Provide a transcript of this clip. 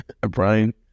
Brian